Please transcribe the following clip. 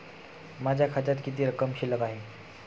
माझ्या खात्यात किती रक्कम शिल्लक आहे?